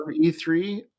E3